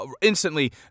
instantly